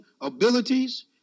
abilities